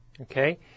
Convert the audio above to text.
okay